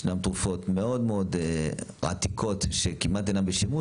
יש גם תרופות מאוד מאוד עתיקות שכמעט אינם בשימוש,